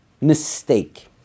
mistake